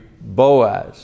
Boaz